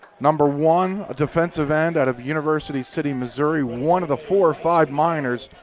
number one, defensive end out of university city missouri, one of the four five miners.